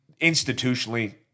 institutionally